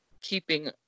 keeping